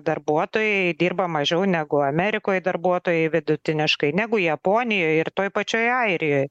darbuotojai dirba mažiau negu amerikoj darbuotojai vidutiniškai negu japonijoj ir toj pačioj airijoj